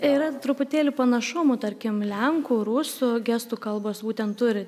yra truputėlį panašumų tarkim lenkų rusų gestų kalbos būtent turi